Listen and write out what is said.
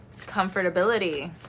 comfortability